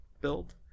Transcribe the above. build